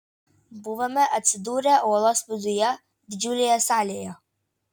buvome atsidūrę uolos viduje didžiulėje salėje